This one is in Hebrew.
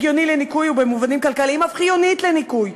הגיונית לניכוי ובמובנים כלכליים אף חיונית לניכוי,